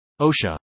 OSHA